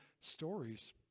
stories